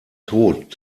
tod